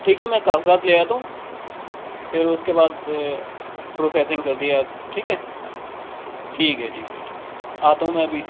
ٹھیک ہے میں کاغذات لے آتا ہوں پھر اس کے بعد پروسیسنگ کر دیجیے آپ ٹھیک ہے ٹھیک ہے ٹھیک ہے ٹھیک ہے آتا ہوں میں ابھی